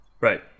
Right